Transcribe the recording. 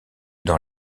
dans